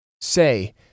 Say